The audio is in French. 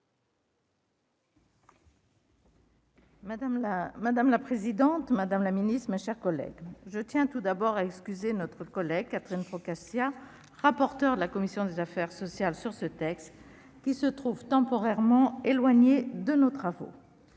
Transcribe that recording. Madame la présidente, madame la secrétaire d'État, mes chers collègues, je tiens tout d'abord à excuser Catherine Procaccia, rapporteur de la commission des affaires sociales, qui se trouve temporairement éloignée de nos travaux.